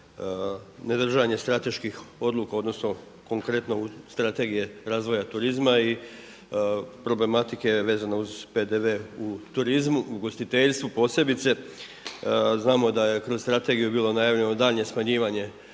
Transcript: ne držanje strateških odluka odnosno konkretno Strategije razvoja turizma i problematike vezano uz PDV u turizmu ugostiteljstvu posebice. Znamo da je kroz strategiju bilo najavljeno daljnje smanjivanje